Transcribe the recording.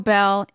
Bell